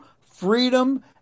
freedom